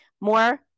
More